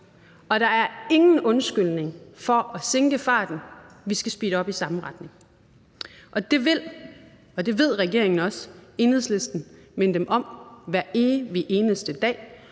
og der er ingen undskyldning for at sænke farten. Vi skal speede op i samme retning. Og det vil Enhedslisten – det ved regeringen også godt – minde dem om hver evig eneste dag.